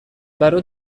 برا